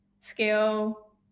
skill